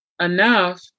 enough